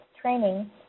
training